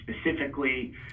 specifically